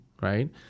Right